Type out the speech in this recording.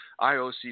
IOC